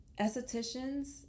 estheticians